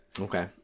Okay